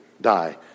die